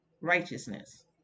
righteousness